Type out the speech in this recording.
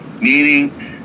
meaning